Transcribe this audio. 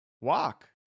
walk